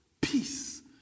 peace